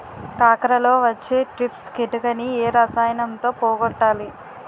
కాకరలో వచ్చే ట్రిప్స్ కిటకని ఏ రసాయనంతో పోగొట్టాలి?